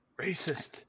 Racist